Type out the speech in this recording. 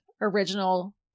original